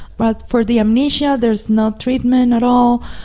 but for the amnesia there's no treatment at all,